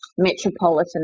Metropolitan